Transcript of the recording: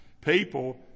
people